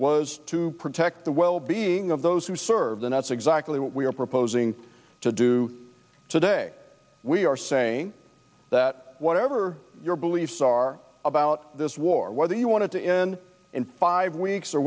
was to protect the well being of those who serve the nets exactly what we are proposing to do today we are saying that whatever your beliefs are about this war whether you want to in five weeks or